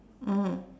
mm